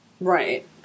Right